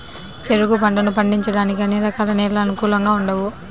చెరుకు పంటను పండించడానికి అన్ని రకాల నేలలు అనుకూలంగా ఉండవు